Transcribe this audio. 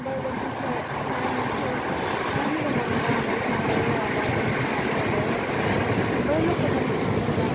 बड़े लोकें गी सैह्न सैह्न बी करना पौंदा ऐ हां भई साढ़ा एह् बी होआ दा एह् नुकसान होआ दा ओह् नुकसान होया दा बड़े लोकें दा नुकसान होआ दा